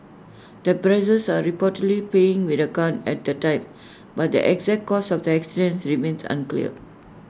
the brothers are reportedly playing with A gun at the time but the exact cause of the accident remains unclear